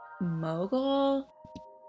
mogul